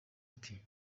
ati